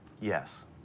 Yes